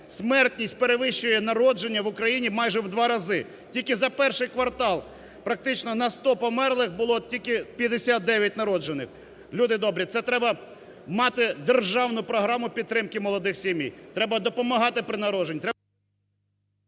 смертність перевищує народження в Україні майже в два рази. Тільки за перший квартал практично на 100 померлих було тільки 59 народжених. Люди добрі, це треба мати державну програму підтримки молодих сімей. Треба допомагати при народженні...